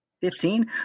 Fifteen